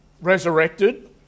resurrected